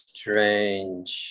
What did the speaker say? Strange